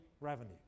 revenue